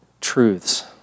truths